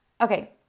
okay